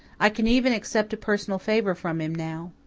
i can even accept a personal favour from him now.